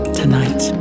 tonight